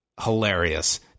hilarious